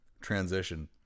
transition